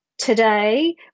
Today